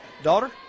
daughter